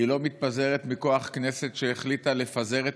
היא לא מתפזרת מכוח כנסת שהחליטה לפזר את